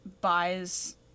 buys